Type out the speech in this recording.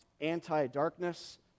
anti-darkness